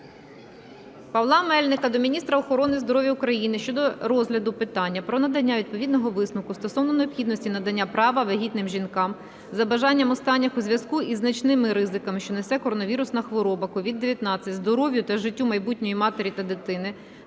Павла Мельника до міністра охорони здоров'я України щодо розгляду питання про надання відповідного висновку стосовно необхідності надання права вагітним жінкам, за бажанням останніх, у зв'язку із значними ризиками, що несе коронавірусна хвороба (COVID-19) здоров'ю та життю майбутньої матері та дитини,